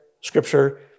Scripture